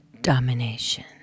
domination